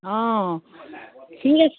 অঁ ঠিক আছে